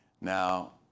Now